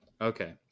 Okay